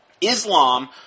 Islam